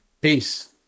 Peace